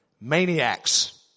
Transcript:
Maniacs